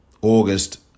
August